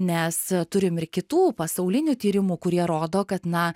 nes turim ir kitų pasaulinių tyrimų kurie rodo kad na